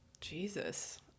Jesus